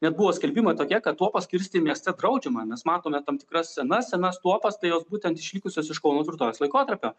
net buvo skelbimai tokie kad tuopas kirsti mieste draudžiama mes matome tam tikras scenas senas tuopas tai jos būtent išlikusios iš kauno tvirtovės laikotarpio